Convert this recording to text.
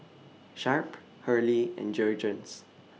Sharp Hurley and Jergens